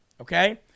Okay